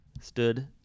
stood